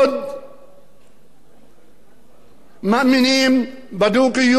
מאמינים בדו-קיום ומאמינים שאין דרך אלא לחיות ביחד.